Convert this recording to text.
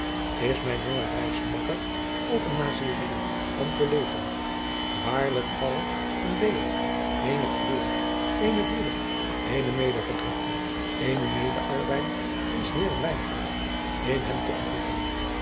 mijn jonge reismakker ook een nazireëer an collega waarlijk valde gandeo eenen geleerden eenen broeder eenen medeverdrukte eenen medearbeider in s heeren wijngaard in hem te ontmoeten